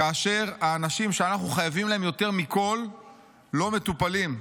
כאשר האנשים שאנחנו חייבים להם יותר מכול לא מטופלים.